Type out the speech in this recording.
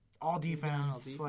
All-Defense